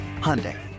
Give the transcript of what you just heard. Hyundai